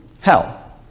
hell